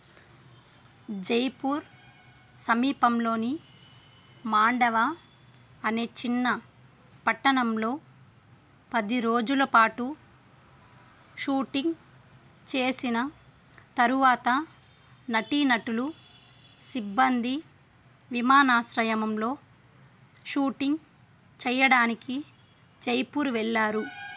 జైపూర్ సమీపంలోని మాండావా అనే చిన్న పట్టణంలో పది రోజులపాటు షూటింగ్ చేసిన తరువాత నటీనటులు సిబ్బంది విమానాశ్రయంలో షూటింగ్ చేయడానికి జైపూర్ వెళ్ళారు